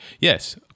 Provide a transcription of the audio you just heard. Yes